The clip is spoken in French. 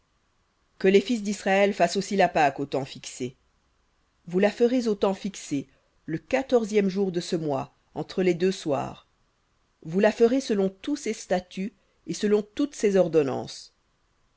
que les fils d'israël fassent aussi la pâque au temps fixé vous la ferez au temps fixé le quatorzième jour de ce mois entre les deux soirs vous la ferez selon tous ses statuts et selon toutes ses ordonnances